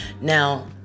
Now